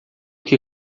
que